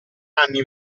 anni